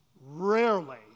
rarely